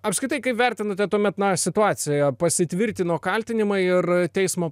apskritai kaip vertinate tuomet na situaciją pasitvirtino kaltinimai ir teismo